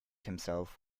himself